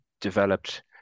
developed